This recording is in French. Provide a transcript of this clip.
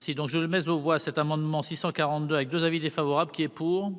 Si donc je le laisse voit cet amendement 642 avec 2 avis défavorable qui est pour.